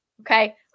okay